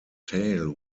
tail